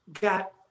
got